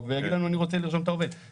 ויגיד לנו "אני רוצה לרשום את העובד".